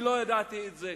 אני לא ידעתי את זה.